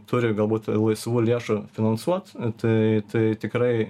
turi galbūt laisvų lėšų finansuot tai tai tikrai